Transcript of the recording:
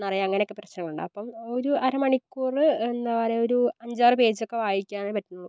നിറയും അങ്ങനൊയൊക്കെ പ്രശ്നങ്ങളുണ്ട് അപ്പം ഒരു അര മണിക്കൂർ എന്താ പറയുക ഒരു അഞ്ചാറ് പേജൊക്കെ വായിക്കാനേ പറ്റുള്ളൂ